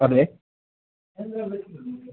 പറഞ്ഞേ